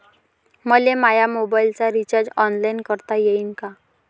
मले माया मोबाईलचा रिचार्ज ऑनलाईन करता येईन का?